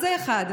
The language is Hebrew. זה דבר אחד.